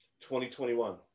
2021